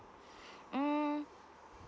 hmm